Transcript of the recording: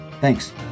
Thanks